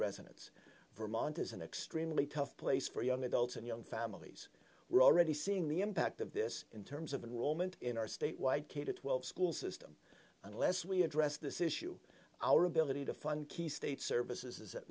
residents vermont is an extremely tough place for young adults and young families we're already seeing the impact of this in terms of in rome and in our statewide k twelve school system unless we address this issue our ability to fund key state services is at